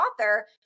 author